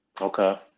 Okay